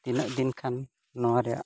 ᱛᱤᱱᱟᱹᱜ ᱫᱤᱱ ᱠᱷᱟᱱ ᱱᱚᱣᱟ ᱨᱮᱭᱟᱜ